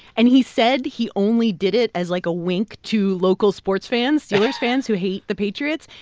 and he said he only did it as, like, a wink to local sports fans steelers fans who hate the patriots.